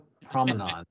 Promenade